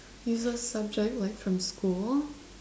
useless subject like from school